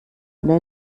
eine